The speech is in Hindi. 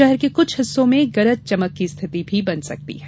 शहर के कुछ हिस्सों में गरज चमक की स्थिति भी बन सकती है